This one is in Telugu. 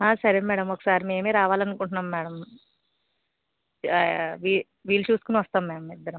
సరే మేడం ఒకసారి మేమే రావాలనుకుంటున్నాం మేడం వీ వీలు చూసుకుని వస్తాం మ్యామ్ ఇద్దరం